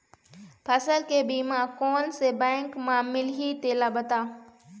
फसल के बीमा कोन से बैंक म मिलही तेला बता?